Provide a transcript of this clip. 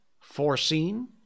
foreseen